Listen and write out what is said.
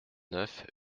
neuf